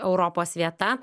europos vieta